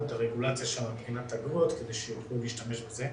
את הרגולציה מבחינת אגרות כדי שיוכלו להשתמש בזה.